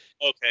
Okay